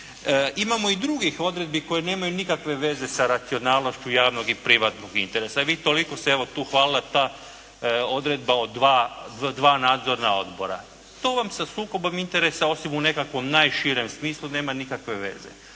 Imamo i drugih odredbi koje nemaju nikakve veze sa racionalnošću javnog i privatnog interesa. Vi toliko ste evo tu hvalila ta odredba od 2 nadzorna odbora. To vam sa sukobom interesa, osim u nekakvom najširem smislu nema nikakve veze.